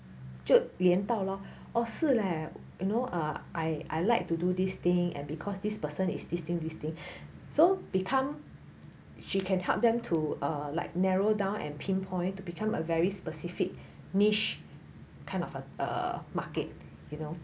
就连到 lor orh 是 leh you know ah I I like to do this thing and because this person is this thing this thing so become she can help them to err like narrow down and pinpoint to become a very specific niche kind of a a market you know